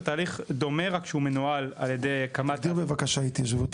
התהליך דומה רק שהוא מנוהל על ידי --- תגדיר בבקשה מה זה התיישבות,